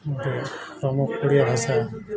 ଗୋଟେ ପ୍ରମୁଖ ପ୍ରିୟ ଭାଷା